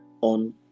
on